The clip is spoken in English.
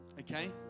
Okay